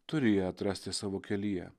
turi ją atrasti savo kelyje